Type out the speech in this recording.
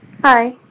Hi